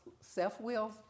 self-will